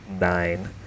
nine